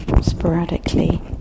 sporadically